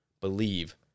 Believe